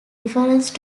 reference